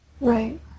Right